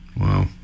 Wow